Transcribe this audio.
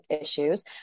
issues